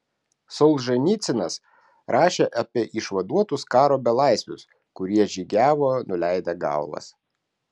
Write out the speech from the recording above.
solženicynas rašė apie išvaduotus karo belaisvius kurie žygiavo nuleidę galvas